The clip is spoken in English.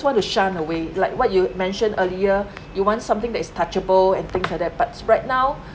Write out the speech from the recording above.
want to shun away like what you mentioned earlier you want something that is touchable and things like that but right now